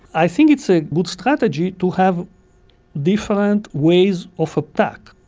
i think it's a good strategy to have different ways of attack.